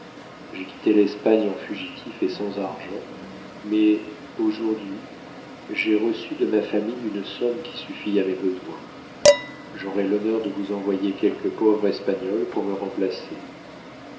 j'ai quitté l'espagne en fugitif et sans argent mais aujourd'hui j'ai reçu de ma famille une somme qui suffit à mes besoins j'aurai l'honneur de vous envoyer quelque pauvre espagnol pour me remplacer